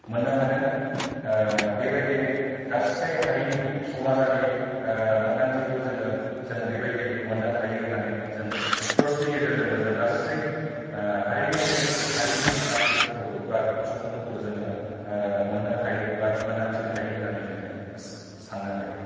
मोननो हादों बेबायदि गासै हारिनि समाजारि मोनदांथिखौ जोङो जोङो बेबायदि मोननो हायो होननानै जों स्फर्सनि गेजेरजोंबो जों गासै हारिनि मानसिफोरखौबो बा सुबुंफोरखौ जोङो मोननो हायो एबा मोनदांथिनो हायो होननानै जोङो साननो हायो